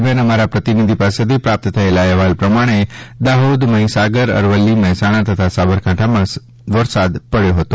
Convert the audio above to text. દરમ્યાન અમારા પ્રતિનિધિ પાસેથી પ્રાપ્ત થયેલા અહેવાલ પ્રમાણે દાહોદ મહીસાગર અરવલ્લી મહેસાણા તથા સાબરકાંઠામાં વરસાદ પડયો હતો